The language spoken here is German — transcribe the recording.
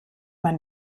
man